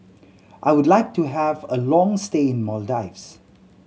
I would like to have a long stay in Maldives